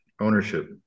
ownership